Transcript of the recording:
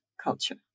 culture